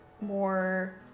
more